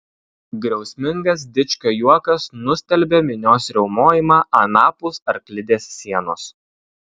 griausmingas dičkio juokas nustelbė minios riaumojimą anapus arklidės sienos